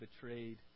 betrayed